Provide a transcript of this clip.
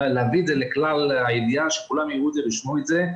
להביא את זה לכלל הידיעה שכולם יראו וישמעו את זה,